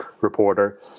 reporter